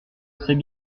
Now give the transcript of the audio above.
c’est